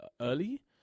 early